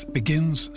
begins